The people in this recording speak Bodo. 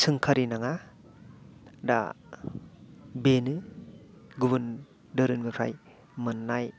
सोंखारि नाङा दा बेनो गुबुन दोहोरोमनिफ्राय मोननाय